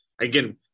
Again